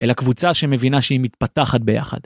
אל הקבוצה שמבינה שהיא מתפתחת ביחד.